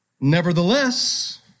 Nevertheless